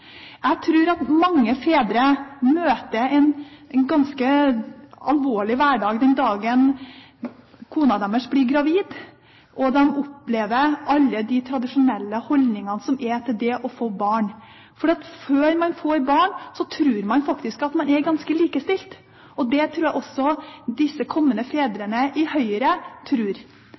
Jeg tror at mange fedre møter en ganske alvorlig hverdag den dagen kona blir gravid og de opplever alle de tradisjonelle holdningene som er til det å få barn. Før man får barn, tror man faktisk at man er ganske likestilt. Det tror jeg også disse kommende fedrene i Høyre